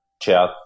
chat